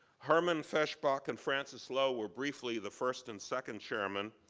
herman feshbach and francis lowe were briefly the first and second chairmen,